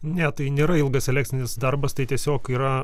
ne tai nėra ilgas selekcinis darbas tai tiesiog yra